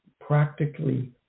practically